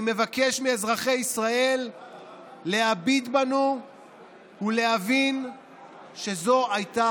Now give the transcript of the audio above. אני מבקש מאזרחי ישראל להביט בנו ולהבין שזו הייתה